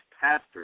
pastor